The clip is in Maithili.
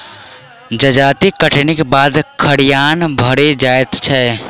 जजाति कटनीक बाद खरिहान भरि जाइत छै